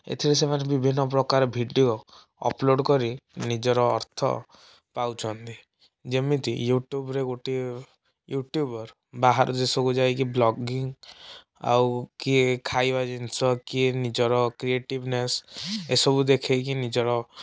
ଏଥିରେ ସେମାନେ ବିଭିନ୍ନପ୍ରକାର ଭିଡ଼ିଓ ଅପଲୋଡ଼କରି ନିଜରଅର୍ଥ ପାଉଛନ୍ତି ଯେମିତି ୟୁଟ୍ୟୁବ ରେ ଗୋଟିଏ ୟୁଟ୍ୟୁବର ବାହାର ଦେଶକୁ ଯାଇକି ବ୍ଲୋଗିଂ ଆଉ କିଏ ଖାଇବା ଜିନିଷ କିଏ ନିଜର କ୍ରିଏଟିଭନେସ ଏସବୁ ଦେଖାଇକି ନିଜର